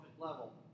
level